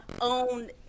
own